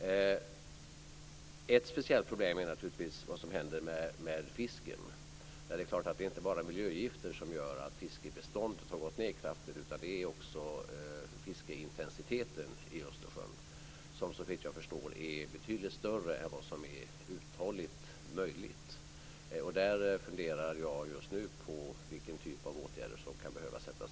Ett speciellt problem är naturligtvis vad som händer med fisken. Det är inte bara miljögifter som gör att fiskebeståndet har minskat kraftigt. Även fiskeintensiteten i Östersjön är, såvitt jag förstår, betydligt större än vad som är uthålligt möjligt. Jag funderar just nu på vilken typ av åtgärder som kan behöva vidtas.